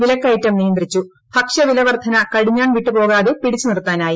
പ്ലിക്കയറ്റം നിയന്ത്രിച്ചു ഭക്ഷ്യ വിലവർദ്ധന കടിഞ്ഞാൺ വിട്ടുപോകാതെ പിടിച്ചുനിർത്താനായി